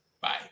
Bye